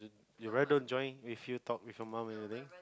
your brother don't join with you talk with your mom or anything